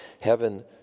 Heaven